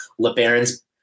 LeBaron's